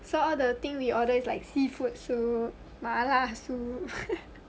so all the thing we order is like seafood soup mala soup